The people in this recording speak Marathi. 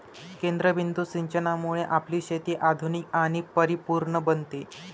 केंद्रबिंदू सिंचनामुळे आपली शेती आधुनिक आणि परिपूर्ण बनते